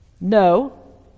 No